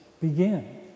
begin